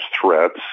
threats